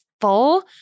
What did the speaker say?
full